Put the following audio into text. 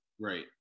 Right